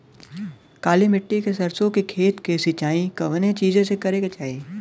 काली मिट्टी के सरसों के खेत क सिंचाई कवने चीज़से करेके चाही?